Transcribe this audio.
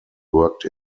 worked